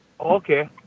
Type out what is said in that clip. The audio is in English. Okay